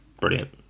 brilliant